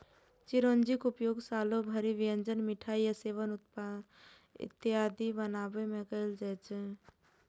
चिरौंजीक उपयोग सालो भरि व्यंजन, मिठाइ आ सेवइ इत्यादि बनाबै मे कैल जाइ छै